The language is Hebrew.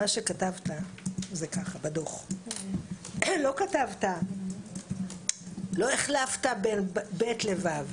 מה שכתבת בדו"ח זה ככה, לא החלפת בין ב' ל- ו'.